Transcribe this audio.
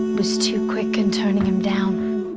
was too quick in turning him down